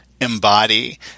embody